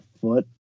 foot